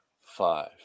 five